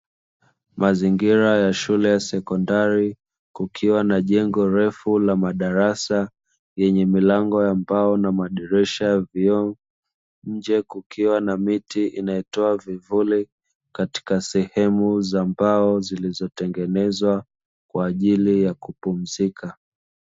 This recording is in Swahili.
Mazingira ya shule ya sekondari, kukiwa na jengo refu la madarasa, yenye milango ya mbao na madirisha ya vioo, nje kukiwa na miti inayotoa vivuli katika sehemu za mbao zilizotengenezwa kwa ajili ya kupumzika.